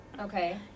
Okay